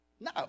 No